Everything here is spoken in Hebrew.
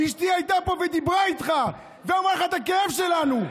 אשתי הייתה פה ודיברה איתך ואמרה לך את הכאב שלנו.